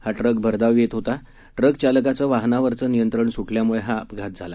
हा ट्रक भरधाव येत होता ट्रक चालकाचं वाहनावरचं नियंत्रण सुटल्यामुळे हा अपघात झाला